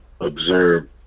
observe